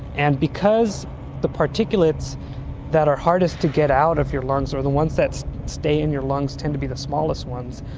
and because the particulates that are hardest to get out of your lungs are the ones that stay in your lungs tend to be the smallest ones,